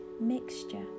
mixture